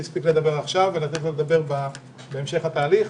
הספיק לדבר עכשיו ולתת לו לדבר בהמשך התהליך.